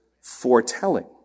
foretelling